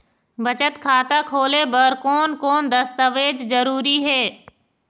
बचत खाता खोले बर कोन कोन दस्तावेज जरूरी हे?